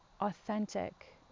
authentic